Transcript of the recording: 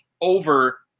over